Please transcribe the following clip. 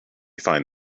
find